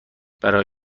برای